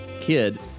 kid